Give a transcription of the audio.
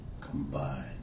combined